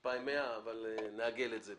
זה יוצא 2,100, אבל נעגל את זה.